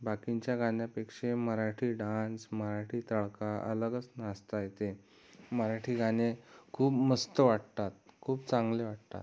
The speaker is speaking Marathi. बाकीच्या गाण्यापेक्षा मराठी डान्स मराठी तडका अलगच नाचता येते मराठी गाणे खूप मस्त वाटतात खूप चांगले वाटतात